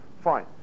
fine